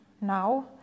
now